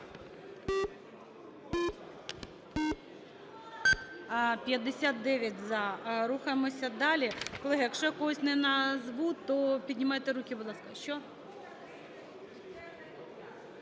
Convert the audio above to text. За-59 Рухаємося далі. Колеги, якщо я когось не назву, то піднімайте руки, будь ласка.